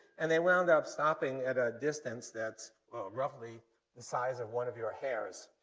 and they wound up stopping at a distance that's roughly the size of one of your hairs.